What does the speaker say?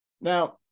Now